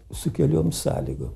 su keliom sąlygom